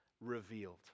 revealed